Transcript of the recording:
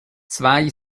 zwei